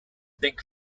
think